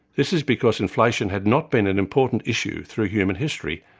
this is because inflation had not been an important issue through human history,